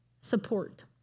support